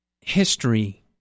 history